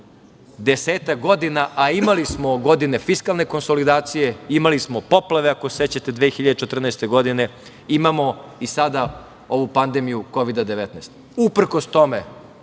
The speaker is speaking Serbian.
desetak godina, a imali smo godine fiskalne konsolidacije, imali smo poplave, ako se sećate 2014. godine, imamo i sada ovu pandemiju Kovida 19.Uprkos tome